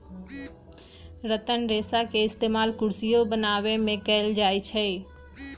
रतन रेशा के इस्तेमाल कुरसियो बनावे में कएल जाई छई